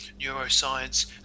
neuroscience